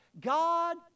God